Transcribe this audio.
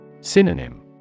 Synonym